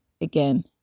again